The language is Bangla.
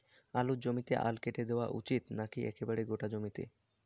আলুর জমিতে আল কেটে জল দেওয়া উচিৎ নাকি একেবারে গোটা জমিতে?